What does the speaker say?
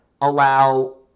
allow